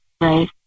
right